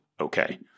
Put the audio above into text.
Okay